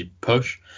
push